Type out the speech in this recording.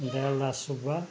Dayaldas Subba